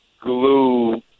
glue